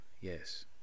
Yes